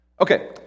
Okay